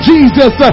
Jesus